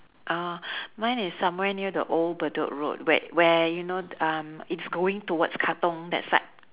uh mine is somewhere near the old bedok road where where you know um it's going towards katong that side